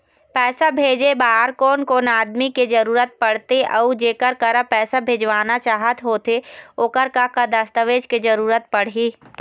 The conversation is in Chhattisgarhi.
पैसा भेजे बार कोन कोन आदमी के जरूरत पड़ते अऊ जेकर करा पैसा भेजवाना चाहत होथे ओकर का का दस्तावेज के जरूरत पड़ही?